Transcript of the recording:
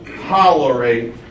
tolerate